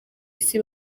isi